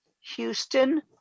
Houston